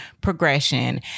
progression